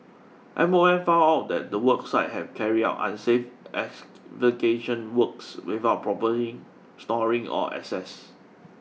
M O M found out that the work site had carried out unsafe excavation works without propering storing or access